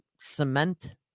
cement